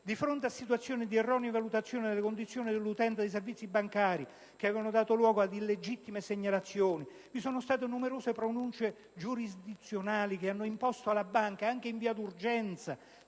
Di fronte a situazioni di erronee valutazioni delle condizioni dell'utente dei servizi bancari, che avevano dato luogo ad illegittime segnalazioni, vi sono state numerose pronunce giurisdizionali che hanno imposto alla banca, anche in via d'urgenza,